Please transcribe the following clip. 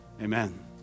Amen